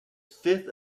fifth